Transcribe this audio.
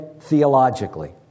theologically